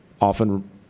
often